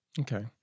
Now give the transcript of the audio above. Okay